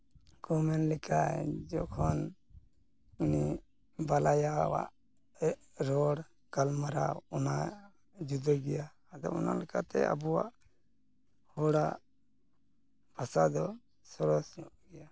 ᱠᱚ ᱢᱮᱱ ᱞᱮᱠᱟ ᱡᱚᱠᱷᱚᱱ ᱩᱱᱤ ᱵᱟᱞᱟᱭᱟᱣᱟᱜ ᱨᱚᱲ ᱜᱟᱞᱢᱟᱨᱟᱣ ᱚᱱᱟ ᱡᱩᱫᱟᱹ ᱜᱮᱭᱟ ᱟᱫᱚ ᱚᱱᱟ ᱞᱮᱠᱟᱛᱮ ᱟᱵᱚᱣᱟᱜ ᱦᱚᱲᱟᱜ ᱵᱷᱟᱥᱟ ᱫᱚ ᱥᱚᱨᱚᱥ ᱧᱚᱜ ᱜᱮᱭᱟ